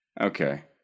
Okay